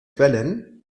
quellen